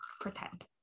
pretend